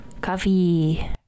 coffee